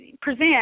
present